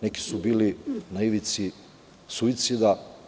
Neki su bili na ivici suicida.